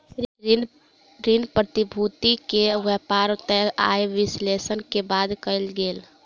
ऋण प्रतिभूति के व्यापार तय आय विश्लेषण के बाद कयल गेल